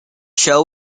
show